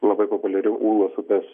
labai populiariu ūlos upės